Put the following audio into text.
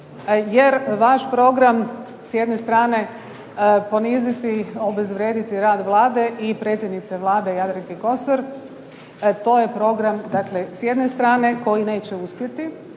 je vaš program s jedne strane poniziti, obezvrijediti rad Vlade i predsjednice Vlade Jadranke Kosor. To je program s jedne strane koji neće uspjeti